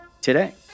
today